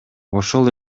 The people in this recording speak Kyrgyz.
ошол